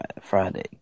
Friday